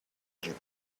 egypt